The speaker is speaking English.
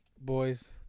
Boys